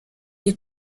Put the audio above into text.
est